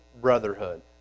brotherhood